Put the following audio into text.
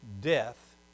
death